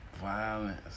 violence